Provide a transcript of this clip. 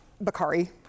Bakari